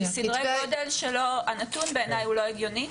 הנתון בעיניי הוא לא הגיוני.